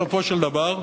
בסופו של דבר,